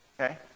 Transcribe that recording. okay